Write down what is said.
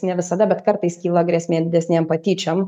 ne visada bet kartais kyla grėsmė didesnėm patyčiom